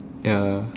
ya